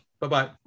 Bye-bye